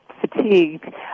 fatigued